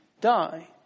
die